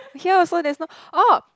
here also there's no oh